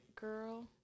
girl